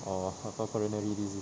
or apa apa renal re~ disease